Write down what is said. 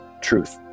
truth